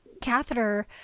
catheter